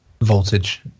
voltage